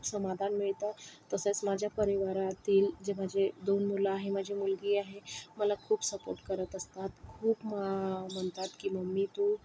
समाधान मिळतं तसेच माझ्या परिवारातील जे माझे दोन मुलं आहे माझी मुलगी आहे मला खूप सपोर्ट करत असतात खूप म म्हणतात की मम्मी तू